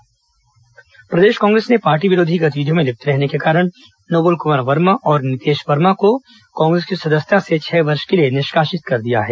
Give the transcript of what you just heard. कांग्रे स निष्कासन प्रदेश कांग्रेस ने पार्टी विरोधी गतिविधियों में लिप्त रहने के कारण नोबल कुमार वर्मा और नितेश वर्मा को कांग्रेस की सदस्यता से छह वर्ष के लिए निष्कासित कर दिया है